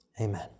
amen